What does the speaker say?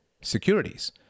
securities